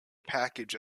package